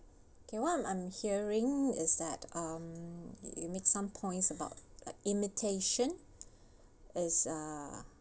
K what I'm hearing is that um you make some points about imitation it's uh